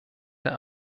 der